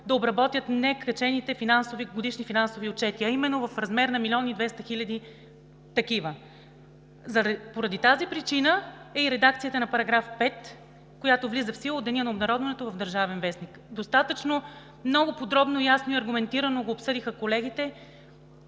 да обработят некачените годишни финансови отчети, а именно в размер на милион и две хиляди. Поради тази причина е и редакцията на § 5, която влиза в сила от деня на обнародването в „Държавен вестник“. Достатъчно ясно, много подробно и аргументирано го обсъдиха колегите.